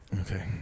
Okay